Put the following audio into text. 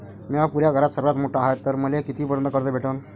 म्या पुऱ्या घरात सर्वांत मोठा हाय तर मले किती पर्यंत कर्ज भेटन?